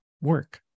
work